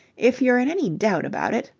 if you're in any doubt about it.